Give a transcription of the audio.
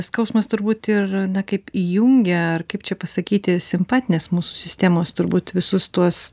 skausmas turbūt ir na kaip įjungia ar kaip čia pasakyti simpatinės mūsų sistemos turbūt visus tuos